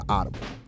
Audible